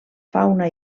fauna